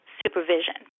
supervision